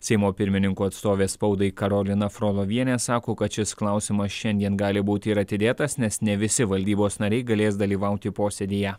seimo pirmininko atstovė spaudai karolina frolovienė sako kad šis klausimas šiandien gali būti ir atidėtas nes ne visi valdybos nariai galės dalyvauti posėdyje